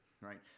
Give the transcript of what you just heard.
right